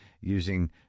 using